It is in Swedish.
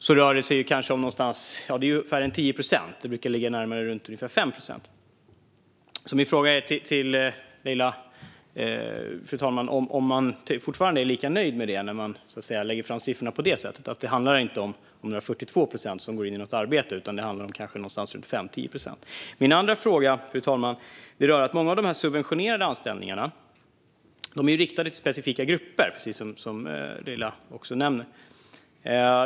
Det rör sig om ungefär 10 procent, eller det brukar ligga runt ungefär 5 procent. Fru talman! Min fråga till Leila är: Är man fortfarande lika nöjd med detta när siffrorna läggs fram på det sättet? Det handlar inte om 42 procent som går in i något arbete, utan det handlar kanske om 5-10 procent. Min andra fråga, fru talman, gäller att många av de subventionerade anställningarna är riktade till specifika grupper, precis som Leila nämner.